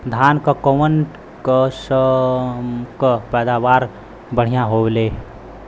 धान क कऊन कसमक पैदावार बढ़िया होले?